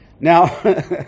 Now